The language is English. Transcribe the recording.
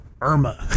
IRMA